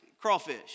crawfish